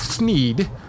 need